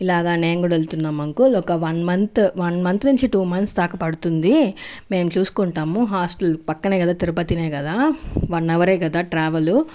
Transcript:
ఇలాగ నేను కూడా వెళ్తున్నాం అంకుల్ ఒక వన్ మంత్ వన్ మంత్ నుంచి టూ మంత్స్ దాక పడుతుంది మేము చూసుకుంటాము హాస్టల్ పక్కనే కదా తిరుపతినే కదా వన్ అవర్ ఏ కదా ట్రావెల్